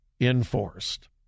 enforced